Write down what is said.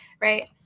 right